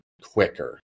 Quicker